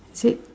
is it